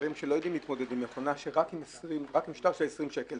תיירים שלא יודעים להתמודד עם מכונה רק עם שטר של 20 שקל,